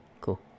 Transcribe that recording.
Cool